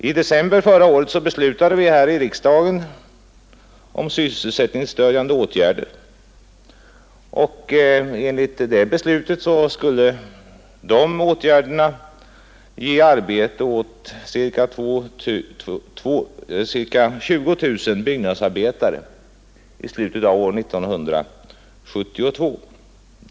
I december förra året beslutade vi här i riksdagen om sysselsättnings främjande åtgärder, och de åtgärderna skulle ge arbete åt ca 20000 byggnadsarbetare i slutet av år 1972.